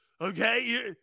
Okay